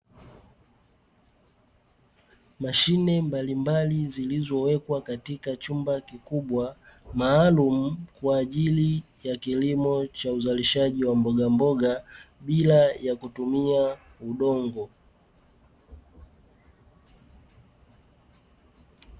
Mashine mbalimbali zilizowekwa katika chumba kikubwa maalumu kwa ajili ya kilimo cha uzalishaji wa mboga mboga bila ya kutumia udongo.